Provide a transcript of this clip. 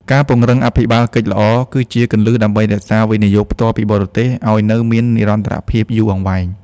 ការពង្រឹង "អភិបាលកិច្ចល្អ" គឺជាគន្លឹះដើម្បីរក្សា វិនិយោគផ្ទាល់ពីបរទេស ឱ្យនៅមាននិរន្តរភាពយូរអង្វែង។